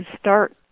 start